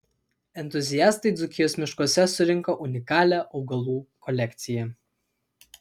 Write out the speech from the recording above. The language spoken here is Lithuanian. entuziastai dzūkijos miškuose surinko unikalią augalų kolekciją